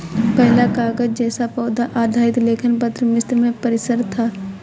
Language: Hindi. पहला कागज़ जैसा पौधा आधारित लेखन पत्र मिस्र में पपीरस था